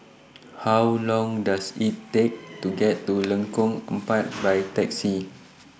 How Long Does IT Take to get to Lengkong Empat By Taxi